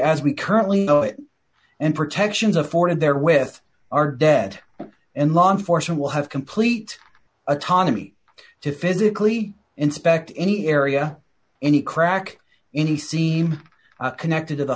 as we currently know it and protections afforded there with our debt and law enforcement will have complete autonomy to physically inspect any area any crack any seem connected to the